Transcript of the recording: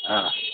हा